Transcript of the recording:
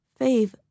fave